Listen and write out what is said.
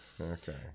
Okay